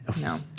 No